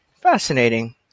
Fascinating